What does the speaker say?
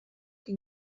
que